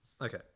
okay